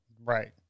Right